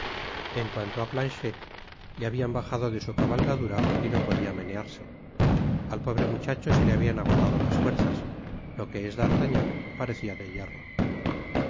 en cuanto á planchet le habian bajado de su cabalgadura y no podia menearse al pobre muchacho se le habian agotado las fuerzas lo que es d'artagnan parecía de hierro